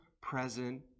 present